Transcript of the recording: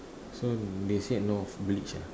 so they say north beach ah